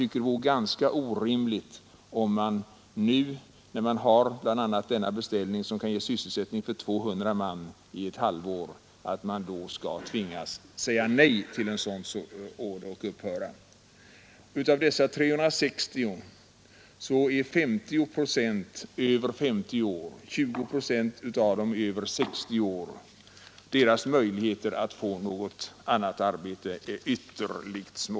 Det vore orimligt om man nu, när man har bl.a. denna beställning som kan ge sysselsättning för 200 anställda i ett halvår, skall tvingas säga nej till den och upphöra med verksamheten. Av de 360 anställda är 50 procent över 50 år och 20 procent av dem är över 60 år. Deras möjligheter att få något annat arbete är ytterligt små.